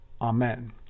Amen